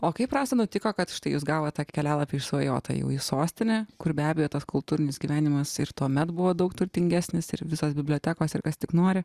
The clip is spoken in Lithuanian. o kaip rasa nutiko kad štai jūs gavo tą kelialapį į išsvajotąją sostinę kur be abejo tas kultūrinis gyvenimas ir tuomet buvo daug turtingesnis ir visos bibliotekos ir kas tik nori